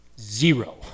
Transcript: Zero